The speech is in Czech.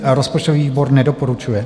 Rozpočtový výbor nedoporučuje.